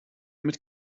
mit